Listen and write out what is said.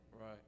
Right